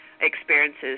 experiences